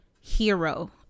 hero